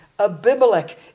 Abimelech